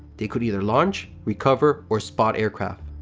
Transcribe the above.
they could either launch, recover, or spot aircraft.